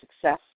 success